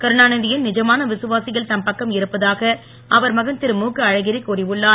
கருணாநிதி யின் நிஜமான விவசாயிகள் தம் பக்கம் இருப்பதாக அவர் மகன் திருழுகஅழகிரி கூறியுள்ளார்